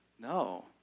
No